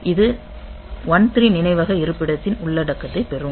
இது13 நினைவக இருப்பிடத்தின் உள்ளடக்கத்தைப் பெறும்